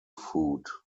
food